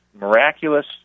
miraculous